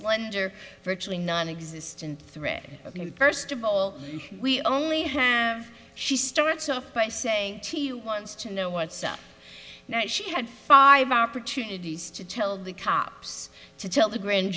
slender virtually nonexistent thread first of all we only have she starts off by say he wants to know what's up now she had five opportunities to tell the cops to tell the grand